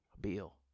Bill